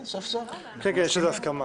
יש על זה הסכמה.